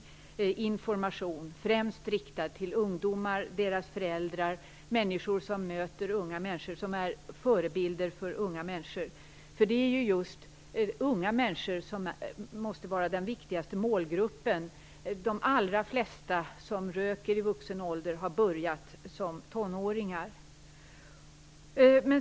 Det krävs information, främst riktad till ungdomar, deras föräldrar och människor som möter unga människor och som är förebilder för unga människor. Det är ju just unga människor som måste vara den viktigaste målgruppen. De allra flesta som röker i vuxen ålder har börjat som tonåringar.